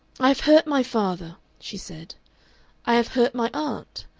i have hurt my father, she said i have hurt my aunt.